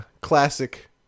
classic